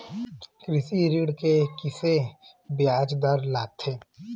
कृषि ऋण के किसे ब्याज दर लगथे?